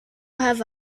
have